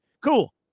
Cool